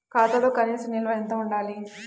ఖాతాలో కనీస నిల్వ ఎంత ఉండాలి?